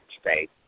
state